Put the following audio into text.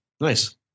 Nice